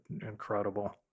incredible